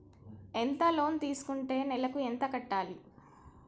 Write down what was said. ఎంత లోన్ తీసుకుంటే నెలకు ఎంత కట్టాలి?